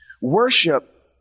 worship